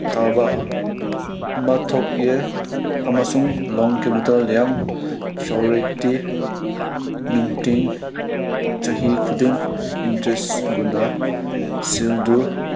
ꯇꯥꯕ ꯑꯃ ꯊꯣꯛꯑꯦ ꯑꯃꯁꯨꯡ ꯂꯣꯟꯒꯤ ꯃꯇꯝ ꯌꯥꯝ ꯆꯥꯎꯔꯗꯤ ꯅꯨꯡꯇꯤꯡ ꯆꯍꯤ ꯈꯨꯗꯤꯡ ꯏꯟꯇ꯭ꯔꯦꯁ ꯒꯨꯅ ꯁꯦꯜꯗꯨ